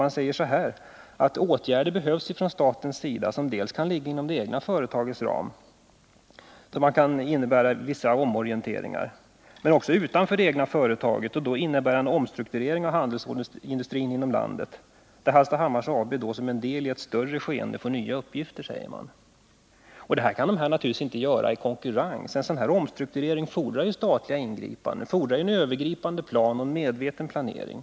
Bolaget framhåller att det behövs åtgärder från statens sida, som kan ligga inom det egna företagets ram och som kan innebära vissa omorienteringar, men också åtgärder som kan ligga utanför det egna företaget och då innebära en omstrukturering av handelsstålsindustrin inom landet, ”där Hallstahammars AB då som en del i ett större skeende får nya uppgifter”. Detta kan bolaget naturligtvis inte göra i konkurrens med de andra små handelsstålverken. En sådan här omstrukturering fordrar ju statliga ingripanden, fordrar en övergripande plan och en medveten planering.